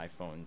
iphone